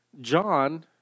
John